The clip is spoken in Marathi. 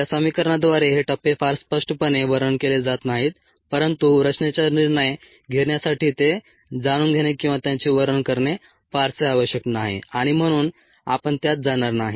या समीकरणाद्वारे हे टप्पे फार स्पष्टपणे वर्णन केले जात नाहीत परंतु रचनेचा निर्णय घेण्यासाठी ते जाणून घेणे किंवा त्यांचे वर्णन करणे फारसे आवश्यक नाही आणि म्हणून आपण त्यात जाणार नाही